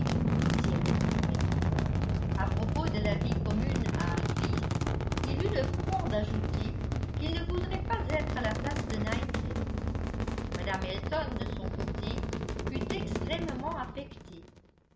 si elle le pouvait à propos de la vie commune à hartfield il eut le front d'ajouter qu'il ne voudrait pas être à la place de knightley mme elton de son côté fut extrêmement affectée